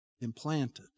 implanted